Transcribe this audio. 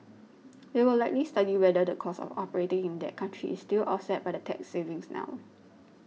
they will likely study whether the cost of operating in that country is still offset by the tax savings now